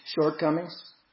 shortcomings